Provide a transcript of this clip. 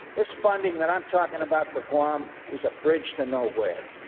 this funding that i'm talking about for guam is a bridge to nowhere.